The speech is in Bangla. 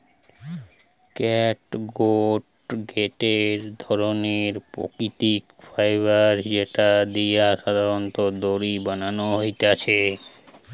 ক্যাটগুট গটে ধরণের প্রাকৃতিক ফাইবার যেটা দিয়ে সাধারণত দড়ি বানানো হতিছে